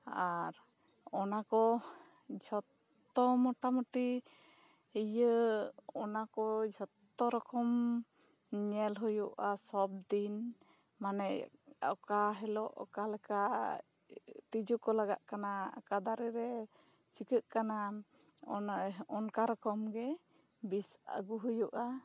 ᱟᱨ ᱚᱱᱟ ᱠᱚ ᱡᱷᱚᱛᱚ ᱢᱚᱴᱟ ᱢᱚᱴᱤ ᱤᱭᱟᱹ ᱚᱱᱟ ᱠᱚ ᱡᱷᱚᱛᱚ ᱨᱚᱠᱚᱢ ᱧᱮᱞ ᱦᱩᱭᱩᱜᱼᱟ ᱥᱚᱵᱽ ᱫᱤᱱ ᱢᱟᱱᱮ ᱚᱠᱟ ᱦᱮᱞᱚᱜ ᱚᱠᱟ ᱞᱮᱠᱟ ᱛᱤᱡᱩ ᱠᱚ ᱞᱟᱜᱟᱜ ᱠᱟᱱᱟ ᱚᱠᱟ ᱫᱟᱨᱮ ᱨᱮ ᱪᱤᱠᱟᱹᱜ ᱠᱟᱱᱟ ᱚᱱᱠᱟ ᱨᱚᱠᱚᱢ ᱜᱮ ᱵᱤᱥ ᱟᱹᱜᱩ ᱦᱩᱭᱩᱜᱼᱟ